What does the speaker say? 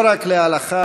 לא רק להלכה,